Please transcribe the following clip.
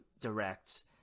direct